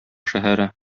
шәһәре